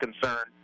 concern